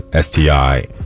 STI